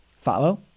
Follow